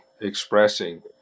expressing